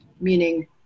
meaning